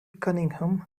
cunningham